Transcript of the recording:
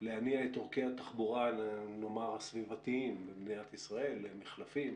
להניע את עורקי התחבורה הסביבתיים במדינת ישראל למחלפים